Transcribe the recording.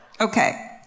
Okay